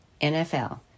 NFL